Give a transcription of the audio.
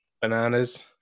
bananas